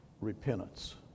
Repentance